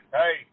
hey